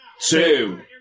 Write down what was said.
two